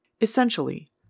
Essentially